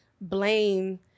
blame